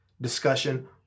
discussion